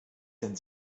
denn